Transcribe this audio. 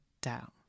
down